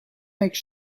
make